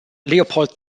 leopold